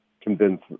convince